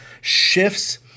shifts